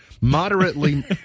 Moderately